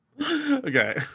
Okay